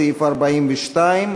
סעיף 42,